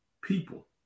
people